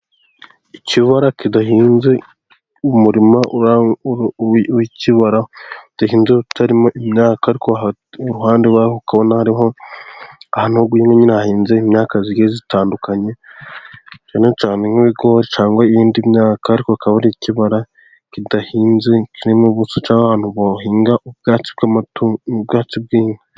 Ikibara kidahinze, umurima uraho w'ikibara udahinze, utarimo imyaka, iruhande rwaho ukabona hariho ahantu hahinze imyaka igiye itandukanye, cyane cyane nk'ibigori cyangwa iyindi myaka, ariko akaba ari ikibara kidahinze kirimo ubusa, cyangwa ahantu bahinga ubwatsi bw'amatu..., ubwatsi bw'inka.